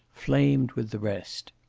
flamed with the rest.